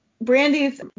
Brandy's